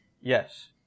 yes